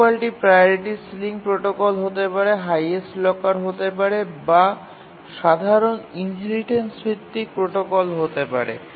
প্রোটোকলটি priority ceiling protocol হতে পারে হাইয়েস্ত লকার হতে পারে বা সাধারণ ইনহেরিটেন্স ভিত্তিক প্রোটোকল হতে পারে